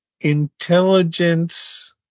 intelligence